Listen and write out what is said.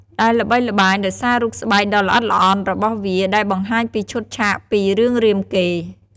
ដែលល្បីល្បាញដោយសាររូបស្បែកដ៏ល្អិតល្អន់របស់វា ដែលបង្ហាញពីឈុតឆាកពី រឿងរាមកេរ្តិ៍។